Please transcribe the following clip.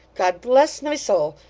god bless my soul,